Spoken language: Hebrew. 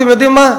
אתם יודעים מה?